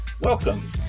Welcome